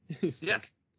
yes